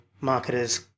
marketers